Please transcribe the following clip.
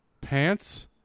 Pants